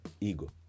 ego